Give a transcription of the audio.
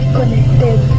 connected